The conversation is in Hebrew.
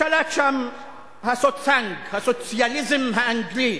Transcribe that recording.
שלט שם הסוצאנג, הסוציאליזם האנגלי,